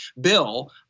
bill